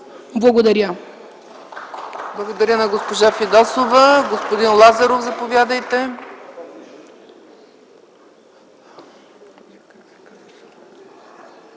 Благодаря.